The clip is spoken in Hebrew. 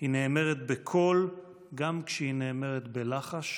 היא נאמרת בקול גם כשהיא נאמרת בלחש